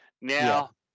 Now